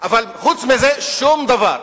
אבל חוץ מזה, שום דבר.